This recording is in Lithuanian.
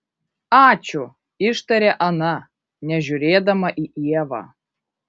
ačiū ištarė ana nežiūrėdama į ievą